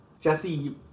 Jesse